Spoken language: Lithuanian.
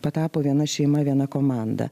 patapo viena šeima viena komanda